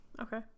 Okay